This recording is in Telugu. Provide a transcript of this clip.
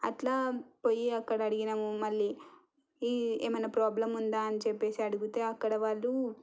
అట్లా పోయి అక్కడ అడిగినాము మళ్ళీ ఏమైనా ప్రాబ్లం ఉందా అని చెప్పేసి అడిగితే అక్కడ వాళ్ళు